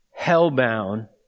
hellbound